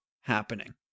happening